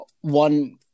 one